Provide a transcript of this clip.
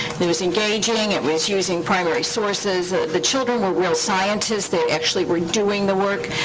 it was engaging, it was using primary sources. the children were real scientists. they actually were doing the work.